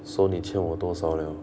so 你欠我多少 liao